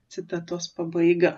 citatos pabaiga